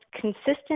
consistent